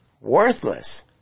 worthless